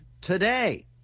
today